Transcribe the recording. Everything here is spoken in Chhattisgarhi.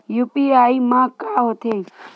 यू.पी.आई मा का होथे?